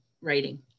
writing